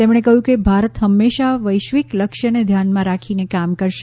તેમણે કહ્યું કે ભારત હંમેશા વૈશ્વિક લક્ય્તને ધ્યાનમાં રાખીને કામ કરશે